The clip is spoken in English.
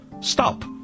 Stop